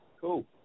Cool